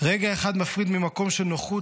רגע אחד מפריד ממקום של נוחות,